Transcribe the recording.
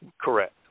Correct